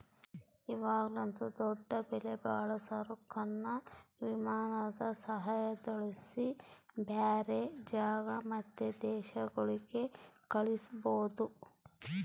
ಇವಾಗಂತೂ ದೊಡ್ಡ ಬೆಲೆಬಾಳೋ ಸರಕುನ್ನ ವಿಮಾನದ ಸಹಾಯುದ್ಲಾಸಿ ಬ್ಯಾರೆ ಜಾಗ ಮತ್ತೆ ದೇಶಗುಳ್ಗೆ ಕಳಿಸ್ಬೋದು